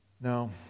Now